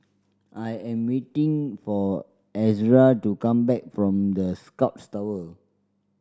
I am waiting for Ezra to come back from The Scotts Tower